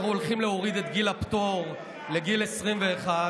אנחנו הולכים להוריד את גיל הפטור לגיל 21,